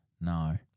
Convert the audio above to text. No